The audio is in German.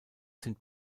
sind